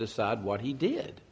decide what he did